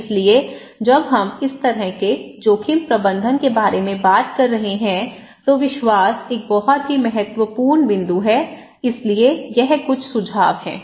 इसलिए जब हम इस तरह के जोखिम प्रबंधन के बारे में बात कर रहे हैं तो विश्वास एक बहुत ही महत्वपूर्ण बिंदु है इसलिए यह कुछ सुझाव हैं